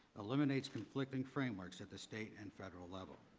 eliminates conflicting frameworks at the state and federal level.